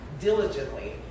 diligently